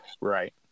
Right